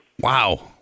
Wow